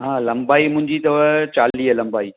हा लम्बाई मुंहिंजी अथव चालीह लम्बाई